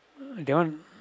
that one